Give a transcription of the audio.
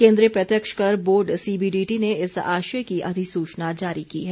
केन्द्रीय प्रत्यक्ष कर बोर्ड सीबी डीटी ने इस आशय की अधिसूचना जारी की है